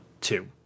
two